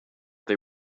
they